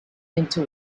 into